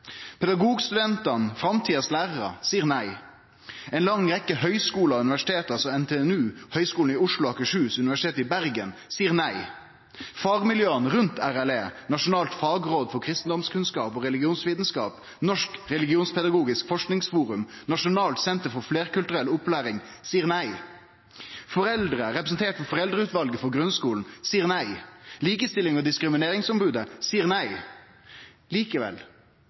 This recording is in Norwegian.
– framtidas lærarar – seier nei. Ei lang rekkje høgskular og universitet, som NTNU, Høgskolen i Oslo og Akershus og Universitetet i Bergen, seier nei. Fagmiljøa rundt RLE – Nasjonalt fagråd for kristendomskunnskap og religionsvitenskap, Norsk Religionspedagogisk Forskningsforum, Nasjonalt senter for flerkulturell opplæring – seier nei. Foreldre, representert ved Foreldreutvalet for grunnskolen, seier nei. Likestillings- og diskrimineringsombodet seier nei. Likevel